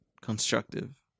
constructive